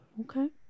Okay